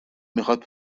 میخواد